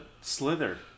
Slither